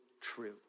true